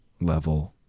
level